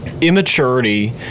immaturity